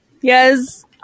Yes